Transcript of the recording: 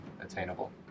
attainable